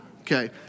Okay